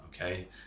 okay